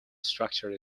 structure